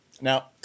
Now